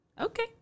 Okay